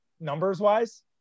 numbers-wise